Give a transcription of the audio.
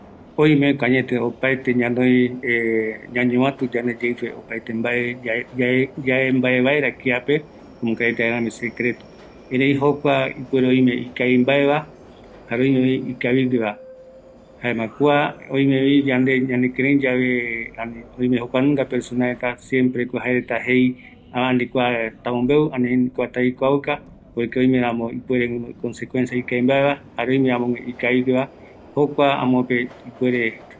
﻿Oimeko añete opaete guinoï ñañovatu yande yeipe opaete mbae yae, yae mbae vaera kiape, jokuaretarami secreto, erei jokua ipuer oime ikavi mbaeva jare oime ikavigueva, jaema kua oimevi yande ñanekireiyae, ani jokua nunga persona reta, siempreko jaereta jei, ani kua tamombeu, ani kua taikuauka, porque oimeramo ipuere konsecuencia ikavivaeva, jare oime amogue ikavigueva, jokua amope ipuere